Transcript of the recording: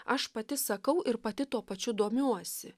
aš pati sakau ir pati tuo pačiu domiuosi